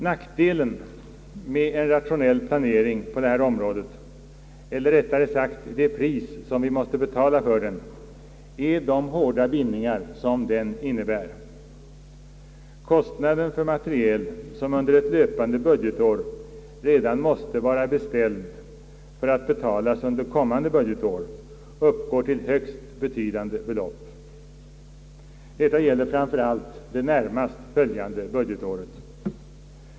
Nackdelen med en rationell plane ring på det här området — eller rättare sagt det pris som vi måste betala för den — är de hårda bindningar som den innebär. Kostnaden för materiel som under ett löpande budgetår redan måste vara beställd för att betalas under kommande budgetår uppgår till högst betydande belopp. Detta gäller framför allt det närmast följande budgetåret.